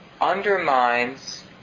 undermines